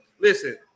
listen